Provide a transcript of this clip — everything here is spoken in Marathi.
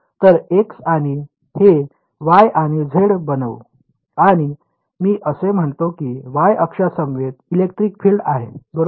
तर x आणि हे y आणि z बनवू आणि मी असे म्हणतो की y अक्षांसमवेत इलेक्ट्रिक फील्ड आहे बरोबर